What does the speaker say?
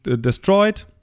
destroyed